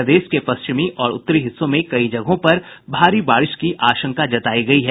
प्रदेश के पश्चिमी और उत्तरी हिस्सों में कई जगहों पर भारी बारिश की आशंका जतायी गयी है